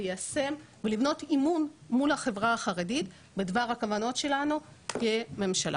ליישם ולבנות אמון מול החברה החרדית בדבר הכוונות שלנו כממשלה.